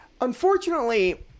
Unfortunately